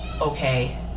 okay